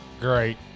Great